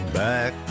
back